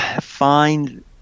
find